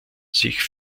sich